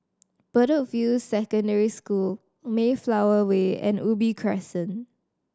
Bedok View Secondary School Mayflower Way and Ubi Crescent